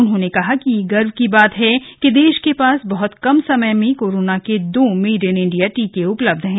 उन्होंने कहा कि यह गर्व की बात है कि देश के पास बहुत कम समय में कोरोना के दो मेड इन इंडिया टीके उपलब्ध हैं